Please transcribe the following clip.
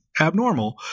abnormal